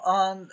on